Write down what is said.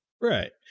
Right